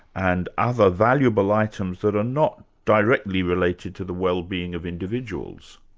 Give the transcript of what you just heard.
and other valuable items that are not directly related to the wellbeing of individuals.